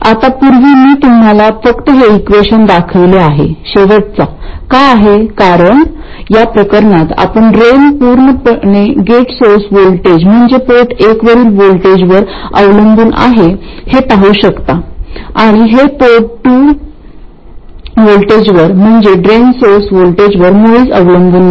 आता पूर्वी मी तुम्हाला फक्त हे इक्वेशन दाखविले आहे शेवटचा का आहे कारण या प्रकरणात आपण ड्रेन पूर्णपणे गेट सोर्स व्होल्टेज म्हणजे पोर्ट एकवरील व्होल्टेजवर अवलंबून आहे हे पाहू शकता आणि हे पोर्ट टू व्होल्टेजवर म्हणजे ड्रेन सोर्स व्होल्टेजवर मुळीच अवलंबून नाही